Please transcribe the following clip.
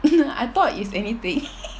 I thought is anything